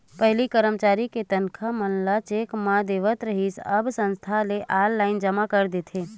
पहिली करमचारी के तनखा मन ल चेक म देवत रिहिस हे अब संस्था ले ही ऑनलाईन जमा कर दे जाथे